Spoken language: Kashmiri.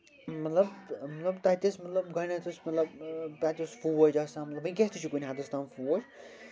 مطلب تَتہِ ٲسۍ مطلب گۄڈٕنٮ۪تھ ٲسۍ مطلب تَتہِ اوس فوج آسان مطلب وٕنۍکٮ۪س تہِ چھُ کُنہِ حدس تام فوج